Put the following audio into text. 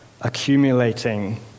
accumulating